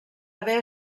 haver